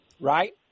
Right